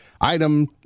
Item